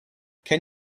can